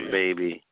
baby